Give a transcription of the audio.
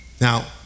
Now